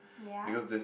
ya